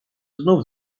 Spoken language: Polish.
znów